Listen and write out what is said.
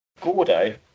Gordo